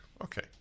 Okay